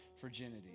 virginity